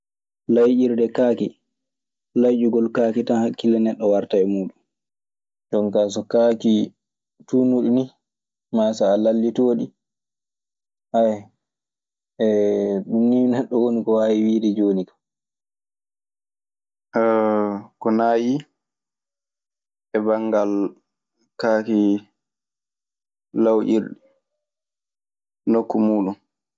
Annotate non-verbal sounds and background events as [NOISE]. Lawƴirde kaake, lawƴugol kaake tan neɗɗo hakkille mun wartata e muuɗun. [HESITATION] Ko naayii e banngal kaaki lawƴirɗi nokku muuɗun.